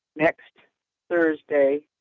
next thursday,